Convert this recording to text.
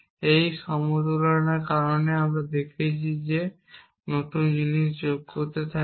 এই সমতুলতার কারণে আমরা দেখেছি যে আমরা নতুন জিনিস যোগ করতে থাকি